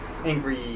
Angry